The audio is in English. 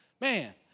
Man